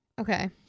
Okay